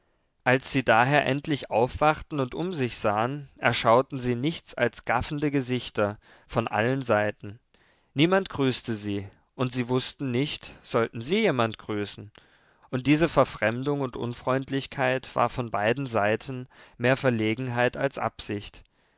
als sie daher endlich aufwachten und um sich sahen erschauten sie nichts als gaffende gesichter von allen seiten niemand grüßte sie und sie wußten nicht sollten sie jemand grüßen und diese verfremdung und unfreundlichkeit war von beiden seiten mehr verlegenheit als absicht